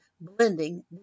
blending